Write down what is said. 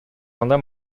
кандай